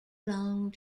long